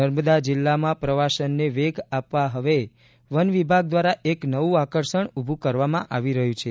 નર્મદા જિલ્લામાં પ્રવાસનને વેગ આપવા હવે વન વિભાગ દ્વારા એક નવું આકર્ષણ ઊભું કરવામાં આવી રહ્યું છે